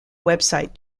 website